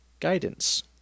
Guidance